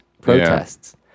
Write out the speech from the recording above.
protests